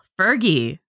Fergie